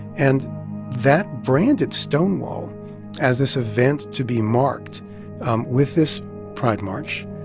and that branded stonewall as this event to be marked um with this pride march,